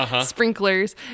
sprinklers